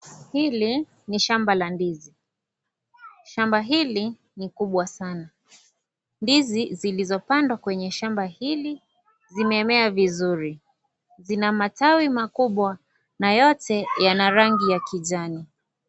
Hili ni shamba la ndizi, shamba hili ni kubwa Sana. Ndizi zilizopandwa kwenye shamba hili zimemea vizuri, zina matawi makubwa na yote yana rangi ya kijani.